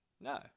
No